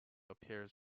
appears